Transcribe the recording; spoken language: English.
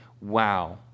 Wow